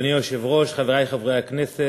אדוני היושב-ראש, חברי חברי הכנסת,